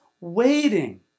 waiting